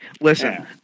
Listen